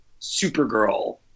Supergirl